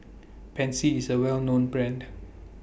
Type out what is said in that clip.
Pansy IS A Well known Brand